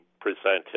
presented